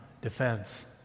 defense